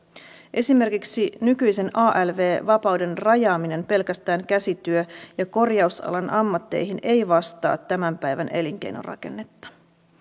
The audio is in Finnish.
esimerkiksi nykyisen alv vapauden rajaaminen pelkästään käsityö ja korjausalan ammatteihin ei vastaa tämän päivän elinkeinorakennetta